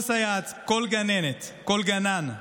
כל סייעת, כל גננת, כל גנן,